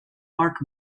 mark